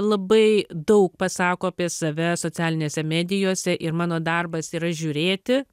labai daug pasako apie save socialinėse medijose ir mano darbas yra žiūrėti